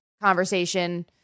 conversation